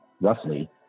roughly